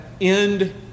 end